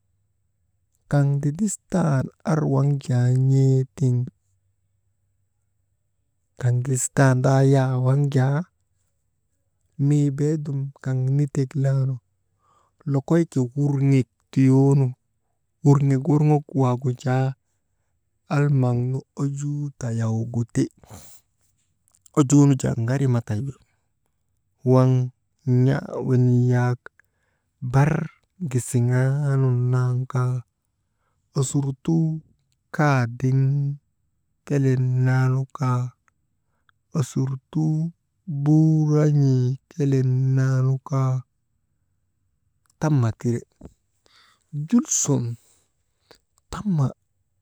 Kaŋ ndidistan ar waŋ jaa n̰ee tiŋ kaŋ ndidistan ndaaya waŋ jaa, mii beedum kaŋ nitek laanu, lokoyka wurŋek tuyoonu wurŋek worŋok waagu jaa, almaŋnu ojuu tayaw gu ti, ojuu nu jaa ŋari ma taywi, waŋ n̰aa wenii yak bar gisiŋaanun nan kaa, osurtuu kaadiŋ kelen naanu kaa, osurtuu buran̰in kelen naa nu kaa, tamma tire, jul sun tamma.